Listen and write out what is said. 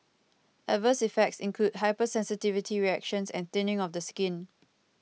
adverse effects include hypersensitivity reactions and thinning of the skin